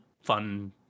fun